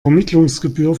vermittlungsgebühr